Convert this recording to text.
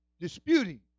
disputing